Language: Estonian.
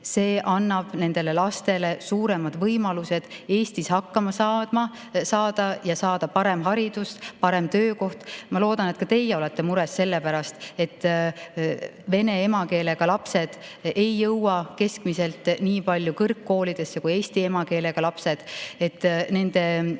see annab kõigile lastele suuremad võimalused Eestis hakkama saada ja saada parem haridus, parem töökoht. Ma loodan, et ka teie olete mures selle pärast, et vene emakeelega lapsed ei jõua keskmiselt nii palju kõrgkoolidesse kui eesti emakeelega lapsed. Nende ühiskonda